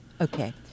Okay